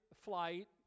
Flight